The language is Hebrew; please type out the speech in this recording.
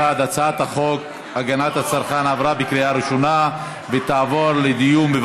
הצעת חוק הגנת הצרכן (תיקון מס' 56) (ביטול עסקת